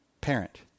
parent